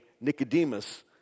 Nicodemus